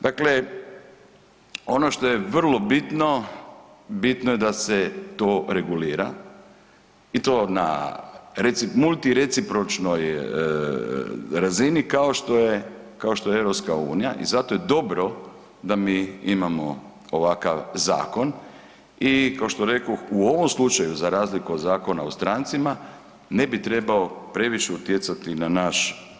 Dakle, ono što je vrlo bitno, bitno je da se to regulira i to na, multirecipročnoj razini kao što je, kao što je EU i zato je dobro da mi imamo ovakav zakon i kao što rekoh u ovom slučaju za razliku od Zakona o strancima ne bi trebao previše utjecati na naš